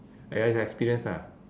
!aiya! it's experience lah